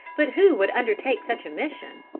but who would undertake such a mission?